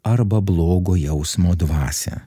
arba blogo jausmo dvasią